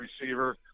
receiver